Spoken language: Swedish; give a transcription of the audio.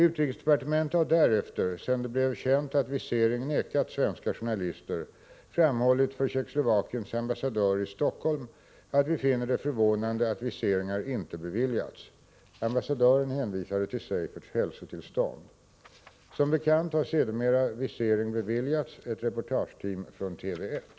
Utrikesdepartementet har därefter, sedan det blev känt att visering nekats svenska journalister, framhållit för Tjeckoslovakiens ambassadör i Stockholm att vi finner det förvånande att viseringar inte beviljats. Ambassadören hänvisade till Seiferts hälsotillstånd. Som bekant har sedermera visering beviljats ett reportageteam från TV 1.